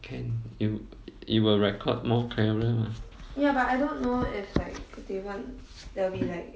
can you you will record more clearer mah